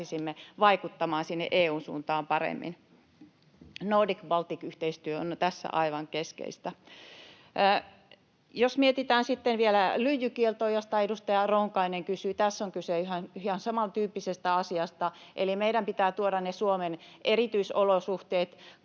pääsisimme vaikuttamaan EU:n suuntaan paremmin. Nordic—Baltic-yhteistyö on tässä aivan keskeistä. Jos mietitään sitten vielä lyijykieltoa, josta edustaja Ronkainen kysyi, niin tässä on kyse ihan samantyyppisestä asiasta, eli meidän pitää tuoda Suomen erityisolosuhteet,